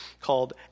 called